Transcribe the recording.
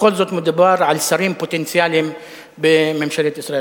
בכל זאת מדובר על שרים פונטציאליים בממשלת ישראל.